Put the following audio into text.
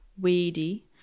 weedy